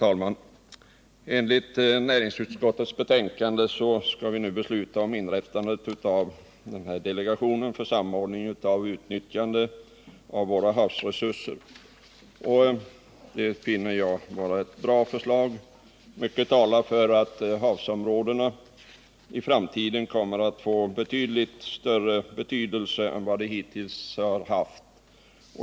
Herr talman! I näringsutskottets betänkande föreslås att vi nu skall besluta om inrättandet av en delegation för samordning och utnyttjande av våra havsresurser. Jag finner detta vara ett bra förslag. Mycket talar för att havsområdena i framtiden kommer att få väsentligt större betydelse än hittills.